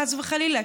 חס וחלילה,